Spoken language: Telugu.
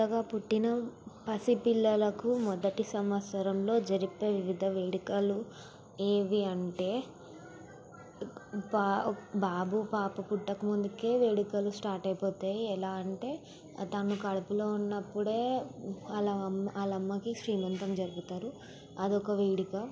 క్రొత్తగా పుట్టిన పసి పిల్లలకు మొదటి సంవత్సరంలో జరిపే వివిధ వేడుకలు ఏవి అంటే బా బాబు పాప పుట్టక ముందుకే వేడుకలు స్టార్ట్ అయిపోతే ఎలా అంటే తనను కడుపులో ఉన్నప్పుడే వాళ్ళ అమ్మ వాళ్ళ అమ్మకి శ్రీమంతం జరుపుతారు అది ఒక వేడుక